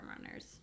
runners